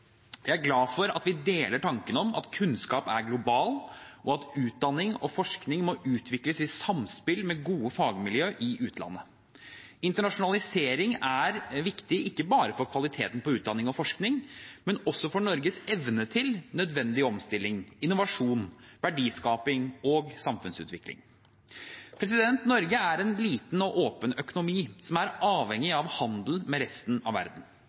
Jeg er glad for at vi deler tanken om at kunnskap er global, og at utdanning og forskning må utvikles i samspill med gode fagmiljø i utlandet. Internasjonalisering er viktig, ikke bare for kvaliteten på utdanning og forskning, men også for Norges evne til nødvendig omstilling, innovasjon, verdiskaping og samfunnsutvikling. Norge er en liten og åpen økonomi som er avhengig av handel med resten av verden.